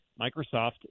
Microsoft